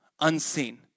unseen